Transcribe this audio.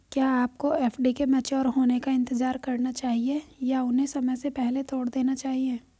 क्या आपको F D mature होने का इंतज़ार करना चाहिए या उन्हें समय से पहले तोड़ देना चाहिए?